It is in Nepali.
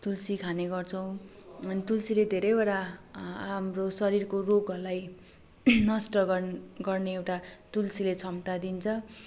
तुलसी खाने गर्छौँ अनि तुलसीले धेरैवटा हाम्रो शरीरको रोगहरूलाई नष्ट गन् गर्ने एउटा तुलसीले क्षमता दिन्छ